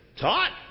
Taught